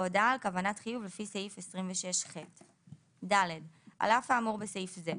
בהודעה על כוונת חיוב לפי סעיף 26ח. על אף האמור בסעיף זה,